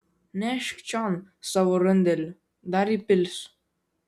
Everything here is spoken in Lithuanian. nešk čion savo rundelį dar įpilsiu